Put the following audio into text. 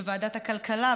בוועדת הכלכלה,